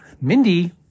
Mindy